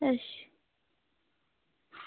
अच्छा